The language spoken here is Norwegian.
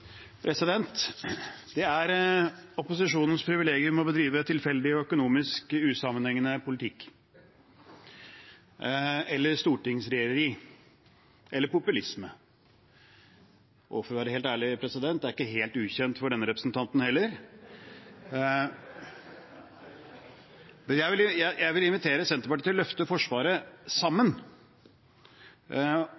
opposisjonens privilegium å bedrive tilfeldig og økonomisk usammenhengende politikk eller stortingsregjereri – eller populisme. Og for å være helt ærlig: Det er ikke helt ukjent for denne representanten heller. Men jeg vil invitere Senterpartiet til sammen å løfte Forsvaret,